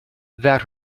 that